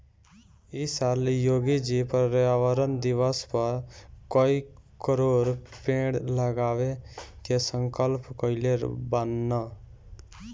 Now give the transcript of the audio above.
इ साल योगी जी पर्यावरण दिवस पअ कई करोड़ पेड़ लगावे के संकल्प कइले बानअ